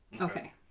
Okay